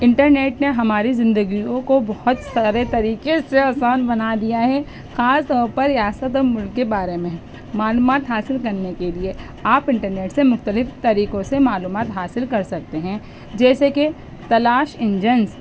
internet نے ہماری زندگیوں کو بہت سارے طریقے سے آسان بنا دیا ہے خاص طور پر ریاست اور ملک کے بارے میں معلومات حاصل کرنے کے لیے آپ انٹرنیٹ سے مختلف طریقوں سے معلومات حاصل کر سکتے ہیں جیسے کہ تلاش انجنس